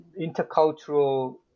intercultural